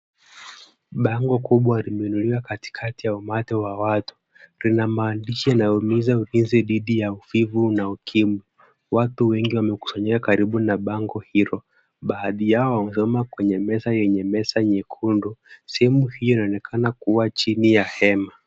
Bango kubwa limeinuliwa katikati ya umati ya watu ,lina maandishi linalohimiza dhidi ya uvivu ukimwi. Watu wengi wamekusanyika karibu na bango hilo, baadhi yao wamesimama kwenye meza yenye meza nyekundu , sehemu hiyo inaonekana kuwa chini ya hema.